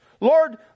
Lord